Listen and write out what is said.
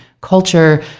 culture